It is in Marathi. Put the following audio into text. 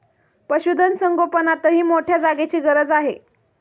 पशुधन संगोपनातही मोठ्या जागेची गरज आहे